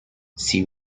see